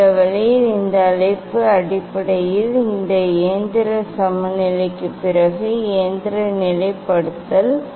இந்த வழியில் இந்த அழைப்பு அடிப்படையில் இந்த இயந்திர சமநிலைக்குப் பிறகு இயந்திர நிலைப்படுத்தல் அடுத்த படி என்ன